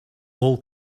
whole